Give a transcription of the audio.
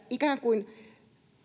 ikään kuin